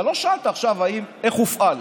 אתה לא שאלת עכשיו: איך הופעל?